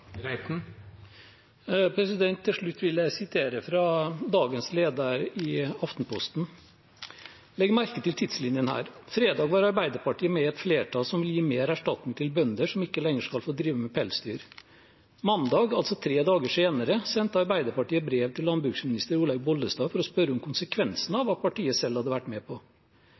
Til slutt vil jeg sitere fra dagens lederartikkel i Aftenposten: «Legg merke til tidslinjen her: Fredag var Ap med i et flertall som vil gi mer erstatning til bønder som ikke lenger skal få drive med pelsdyr. Mandag – altså tre dager senere – sendte Ap brev til landbruksminister Olaug Bollestad for å spørre om konsekvensene av hva partiet selv hadde vært med på.